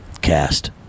Cast